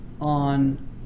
on